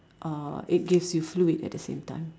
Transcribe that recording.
uh it gives you fluid at the same time